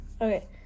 okay